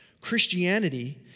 Christianity